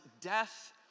death